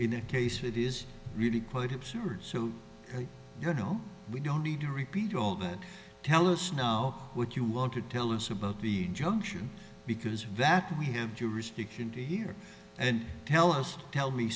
in that case it is really quite absurd so you know we don't need to repeat all that tell us now what you want to tell us about the junction because vapid we have jurisdiction to hear and tell us tell me